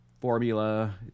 formula